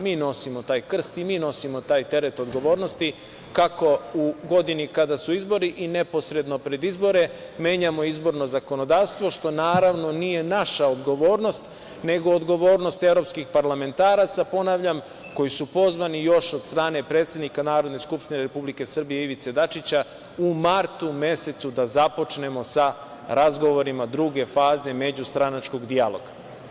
Mi nosimo taj krst i mi nosimo taj teret odgovornosti kako u godini kada su izbori i neposredno pred izbore menjamo izborno zakonodavstvo, što nije naša odgovornost, nego odgovornost evropskih parlamentaraca, ponavljam, koji su pozvani još od strane predsednika Narodne skupštine Republike Srbije Ivice Dačića u martu mesecu da započnemo sa razgovorima druge faze međustranačkog dijaloga.